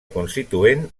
constituent